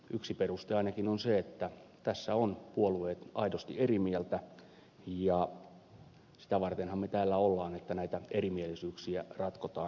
yksi peruste ainakin on se että tässä ovat puolueet aidosti eri mieltä ja sitä vartenhan me täällä olemme että näitä erimielisyyksiä ratkotaan